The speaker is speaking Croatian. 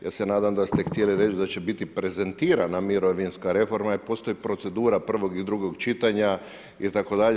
Ja se nadam da ste htjeli reći da će biti prezentirana mirovinska reforma, jer postoji procedura prvog i drugog čitanja itd.